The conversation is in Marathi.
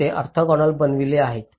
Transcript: म्हणूनच ते ऑर्थोगोनल बनलेले आहेत